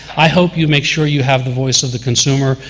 i hope you make sure you have the voice of the consumer,